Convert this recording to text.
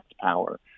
power